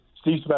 Steve